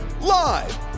Live